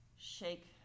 shake